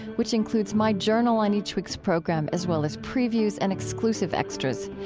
which includes my journal on each week's program as well as previews and exclusive extras.